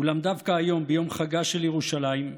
אולם דווקא היום, ביום חגה של ירושלים,